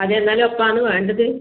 അതെ എന്നാലും എപ്പോഴാണ് വേണ്ടത്